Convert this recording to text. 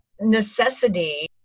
necessity